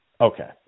Okay